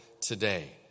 today